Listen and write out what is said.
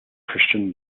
christian